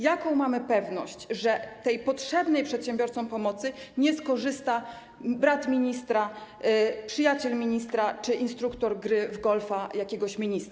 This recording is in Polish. Jaką mamy pewność, że z tej potrzebnej przedsiębiorcom pomocy nie skorzysta brat ministra, przyjaciel ministra czy instruktor gry w golfa jakiegoś ministra?